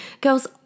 girls